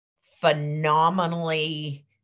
phenomenally